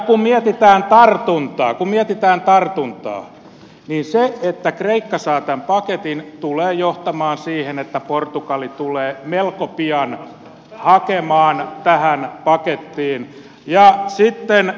kun mietitään tartuntaa niin se että kreikka saa tämän paketin tulee johtamaan siihen että portugali tulee melko pian hakemaan tätä pakettia